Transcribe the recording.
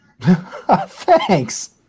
Thanks